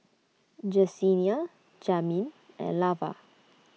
Jesenia Jamin and Lavar